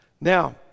Now